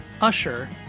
Usher